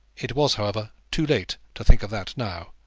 it was, however, too late to think of that now,